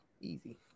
easy